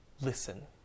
listen